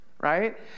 right